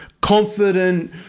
confident